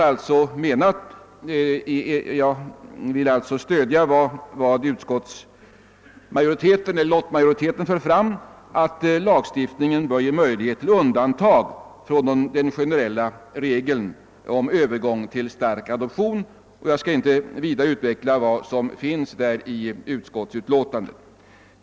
Jag vill alltså stödja vad lottmajoriteten anför, dvs. att lagstiftningen bör ge möjlighet till undantag från den generella regeln om övergång till stark adoption. Jag skall inte vidare utveckla vad som anförs i utskottsutlåtandet.